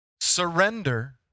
Surrender